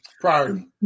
priority